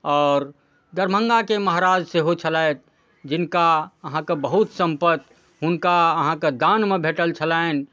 आओर दरभङ्गाके महाराज सेहो छलथि जिनका अहाँके बहुत सम्पति हुनका अहाँके दानमे भेटल छलनि